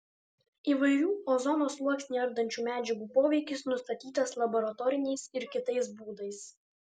įvairių ozono sluoksnį ardančių medžiagų poveikis nustatytas laboratoriniais ir kitais būdais